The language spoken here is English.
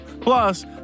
Plus